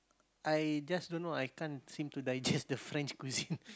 I just don't know I can't seem to digest the French cuisine